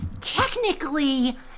technically